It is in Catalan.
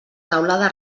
teulada